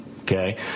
Okay